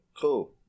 cool